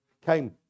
came